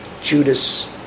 Judas